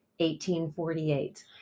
1848